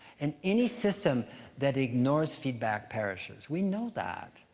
and any system that ignores feedback perishes. we know that.